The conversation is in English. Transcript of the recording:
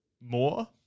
more